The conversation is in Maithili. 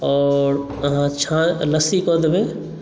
आओर आहाँ लस्सी कऽ देबै